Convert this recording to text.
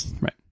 Right